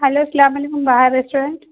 hello السلام علیکم Bahar restaurant